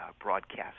broadcast